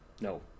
No